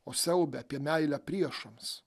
o siaube apie meilę priešams